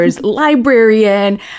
librarian